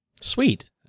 Sweet